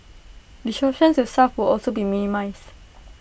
disruption to staff will also be minimised